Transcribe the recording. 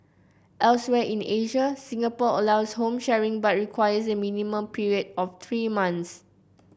elsewhere in Asia Singapore allows home sharing but requires a minimum period of three months